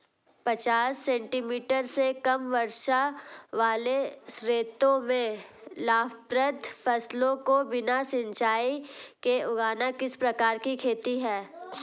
पचास सेंटीमीटर से कम वर्षा वाले क्षेत्रों में लाभप्रद फसलों को बिना सिंचाई के उगाना किस प्रकार की खेती है?